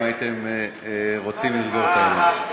אם הייתם רוצים לסגור את העניין.